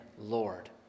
Lord